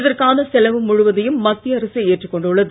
இதற்கான செலவு முழுவதையும் மத்திய அரசே ஏற்றுக் கொண்டுள்ளது